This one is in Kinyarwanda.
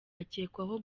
akekwaho